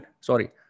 Sorry